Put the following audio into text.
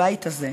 הבית הזה,